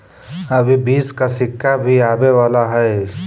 अभी बीस का सिक्का भी आवे वाला हई